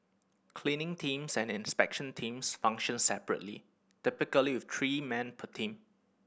cleaning teams and inspection teams function separately typically with three men per team